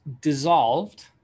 dissolved